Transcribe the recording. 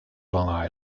long